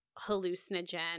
hallucinogen